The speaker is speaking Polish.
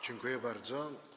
Dziękuję bardzo.